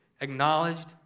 acknowledged